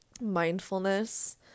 mindfulness